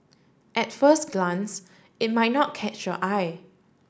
at first glance it might not catch your eye